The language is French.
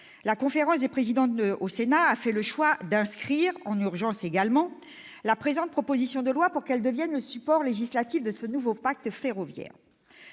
la conférence des présidents du Sénat a fait le choix d'inscrire à notre ordre du jour, en urgence également, la présente proposition de loi, pour qu'elle devienne le support législatif de ce nouveau pacte ferroviaire.